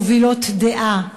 מובילות דעה,